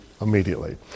immediately